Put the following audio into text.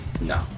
No